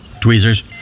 Tweezers